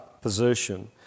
position